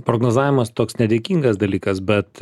prognozavimas toks nedėkingas dalykas bet